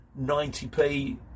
90p